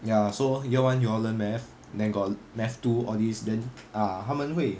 ya so year one you all learn math then got math two all these then ah 他们会